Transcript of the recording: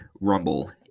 Rumble